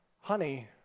honey